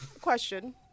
question